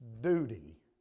duty